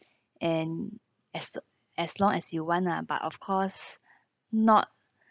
and as as long as you want lah but of course not